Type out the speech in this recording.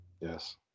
Yes